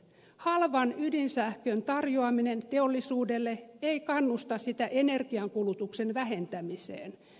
halvan ydinsähkön tarjoaminen teollisuudelle ei kannusta sitä energiankulutuksen vähentämiseen